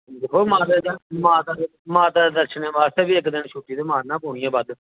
दिक्खो माता माता माता दे दर्शनें बास्तै बी एक दिन छुट्टी ते मारना पौनी ऐ बद्ध